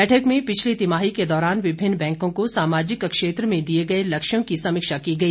बैठक में पिछली तिमाही के दौरान विभिन्न बैंकों को सामाजिक क्षेत्र में दिए गए लक्ष्यों की समीक्षा की गई